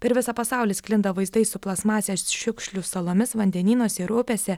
per visą pasaulį sklinda vaizdai su plastmasės šiukšlių salomis vandenynuose ir upėse